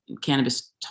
cannabis